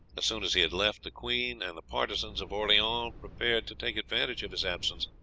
as soon as he had left, the queen and the partisans of orleans prepared to take advantage of his absence,